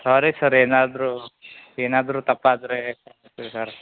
ಸಾರಿ sir ಏನಾದರು ಏನಾದರು ತಪ್ಪಾದರೆ sir